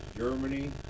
Germany